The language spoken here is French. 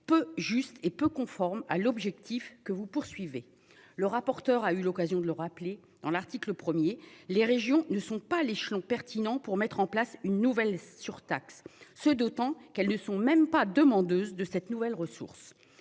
peu juste et peu conforme à l'objectif que vous poursuivez. Le rapporteur a eu l'occasion de le rappeler dans l'article 1er, les régions ne sont pas à l'échelon pertinent pour mettre en place une nouvelle surtaxe, ce d'autant qu'elles ne sont même pas demandeuse de cette nouvelle ressource